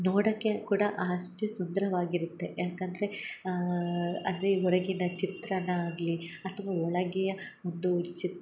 ನೋಡಕ್ಕೆ ಕೂಡ ಅಷ್ಟೆ ಸುಂದರವಾಗಿರುತ್ತೆ ಯಾಕಂದರೆ ಅದೇ ಹೊರಗಿನ ಚಿತ್ರನ ಆಗಲಿ ಅಥ್ವಾ ಒಳಗೆಯ ಒಂದು ಚಿತ್ತ